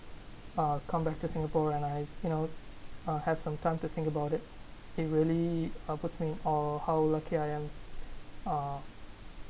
uh come back to singapore and I you know I'll have some time to think about it it really puts me on how lucky I am uh